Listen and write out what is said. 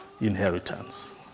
inheritance